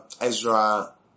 Ezra